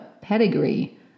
pedigree